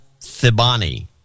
Thibani